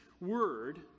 word